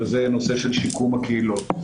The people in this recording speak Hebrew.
וזה נושא של שיקום הקהילות.